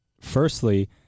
firstly